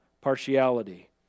partiality